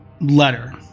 letter